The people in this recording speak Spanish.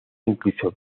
incluso